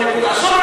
שעה